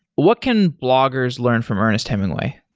what can bloggers learn from ernest hemingway?